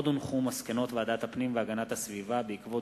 הצעת חוק צער בעלי-חיים (הגנה על בעלי-חיים)